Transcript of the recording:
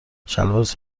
شلوارت